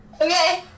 Okay